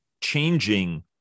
changing